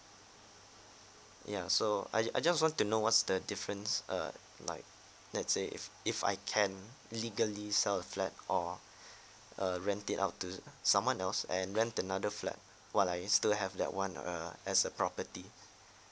ya so I I just want to know what's the difference uh like let's say if if I can legally sell a flat or err rent it out to someone else and rent another flat while I still have that one err as a property